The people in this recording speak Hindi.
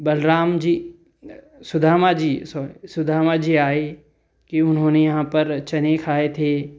बलराम जी सुदामा जी सॉरी सुदामा जी आए कि उन्होंने यहाँ पर चने खाए थे